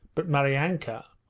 but maryanka,